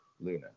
Luna